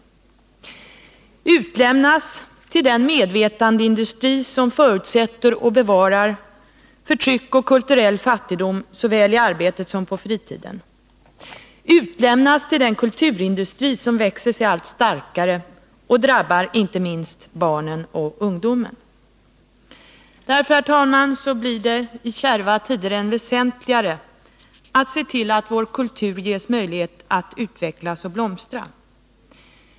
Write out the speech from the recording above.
De överlämnas till den medvetandeindustri som förutsätter och bevarar förtryck och kulturell fattigdom såväl i arbetet som på fritiden, utlämnas till den kulturindustri som växer sig allt starkare och drabbar inte minst barnen och ungdomen. Därför, herr talman, blir det i kärva tider än väsentligare att se till att vår kultur ges möjlighet att utvecklas och blomstra.